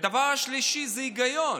והדבר השלישי זה היגיון.